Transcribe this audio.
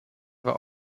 war